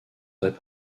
très